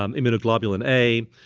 um immunoglobulin a,